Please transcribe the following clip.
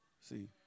See